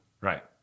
Right